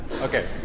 Okay